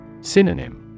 Synonym